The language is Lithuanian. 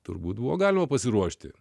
turbūt buvo galima pasiruošti